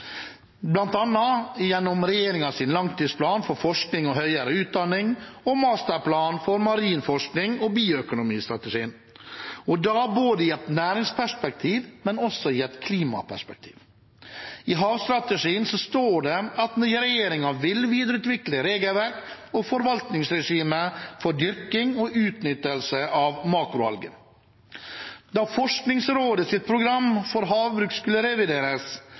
Langtidsplan for forskning og høyere utdanning, i Masterplan for marin forskning og i bioøkonomistrategien – og da i både et næringsperspektiv og et klimaperspektiv. I havstrategien står det at regjeringen «vil videreutvikle regelverk og forvaltningsregime for dyrking og utnyttelse av makroalger.» Da Forskningsrådets program for havbruk skulle revideres,